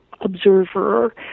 observer